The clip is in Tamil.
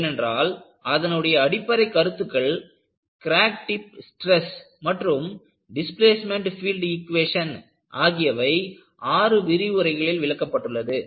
ஏனென்றால் அதனுடைய அடிப்படை கருத்துக்கள் கிராக் டிப் ஸ்டிரஸ் மற்றும் டிஸ்பிளேஸ்மெண்ட் பீல்டு ஈகுவேஷன் ஆகியவை ஆறு விரிவுரைகளில் விளக்கப்பட்டுள்ளது